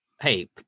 hey